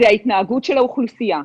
ההתנהגות של האוכלוסייה.